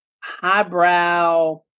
highbrow